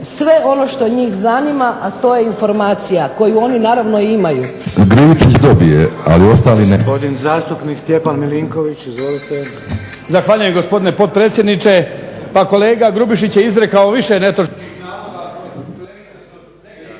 sve ono što njih zanima, a to je informacija koju oni naravno imaju.